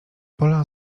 pola